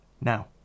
Now